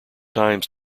times